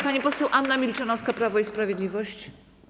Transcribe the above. Pani poseł Anna Milczanowska, Prawo i Sprawiedliwość.